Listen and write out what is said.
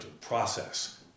process